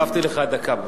הוספתי לך דקה.